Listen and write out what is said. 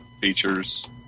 features